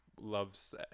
loves